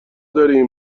داریم